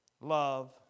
love